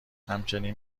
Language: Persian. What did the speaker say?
همچنین